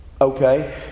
Okay